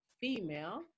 female